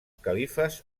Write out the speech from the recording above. califes